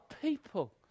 people